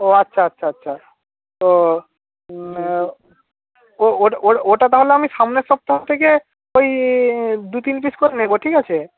ও আচ্ছা আচ্ছা আচ্ছা ও ও ওটা তাহলে আমি সামনের সপ্তাহ থেকে ওই দু তিন পিস করে নেব ঠিক আছে